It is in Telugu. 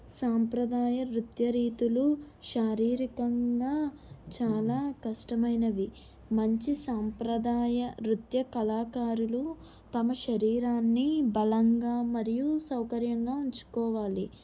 సాంప్రదాయ నృత్య రీతులు శారీరకంగా చాలా కష్టమైనవి మంచి సాంప్రదాయ నృత్య కళాకారులు తమ శరీరాన్ని బలంగా మరియు సౌకర్యంగా ఉంచుకోవాలి